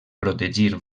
protegir